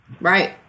right